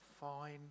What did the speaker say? Fine